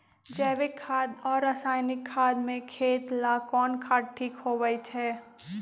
जैविक खाद और रासायनिक खाद में खेत ला कौन खाद ठीक होवैछे?